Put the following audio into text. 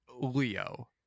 Leo